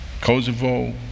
Kosovo